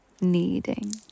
kneading